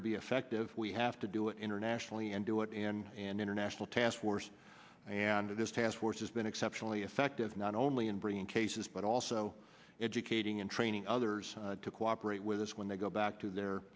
to be effective we have to do it internationally and do it in an international task force and this task force has been exceptionally effective not only in bringing cases but also educating and training others to cooperate with us when they go back to their